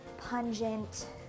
pungent